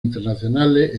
internacionales